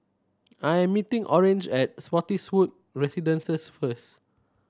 I am meeting Orange at Spottiswoode Residences first